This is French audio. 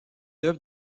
œuvre